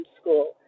school